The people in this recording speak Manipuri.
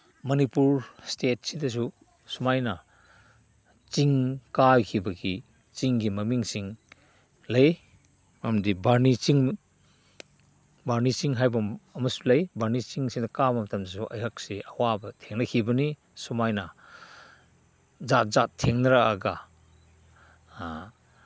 ꯃꯅꯤꯄꯨꯔ ꯁ꯭ꯇꯦꯠꯁꯤꯗꯁꯨ ꯁꯨꯃꯥꯏꯅ ꯆꯤꯡ ꯀꯥꯈꯤꯕꯒꯤ ꯆꯤꯡꯒꯤ ꯃꯃꯤꯡꯁꯤꯡ ꯂꯩ ꯃꯔꯝꯗꯤ ꯕꯥꯔꯨꯅꯤ ꯆꯤꯡ ꯕꯥꯔꯨꯅꯤ ꯆꯤꯡ ꯍꯥꯏꯕ ꯑꯃꯁꯨ ꯂꯩ ꯕꯥꯔꯨꯅꯤ ꯆꯤꯡꯁꯤꯗ ꯀꯥꯕ ꯃꯇꯝꯗꯁꯨ ꯑꯩꯍꯥꯛꯁꯤ ꯑꯋꯥꯕ ꯊꯦꯡꯅꯈꯤꯕꯅꯤ ꯁꯨꯃꯥꯏꯅ ꯖꯥꯠ ꯖꯥꯠ ꯊꯦꯡꯅꯔꯛꯑꯒ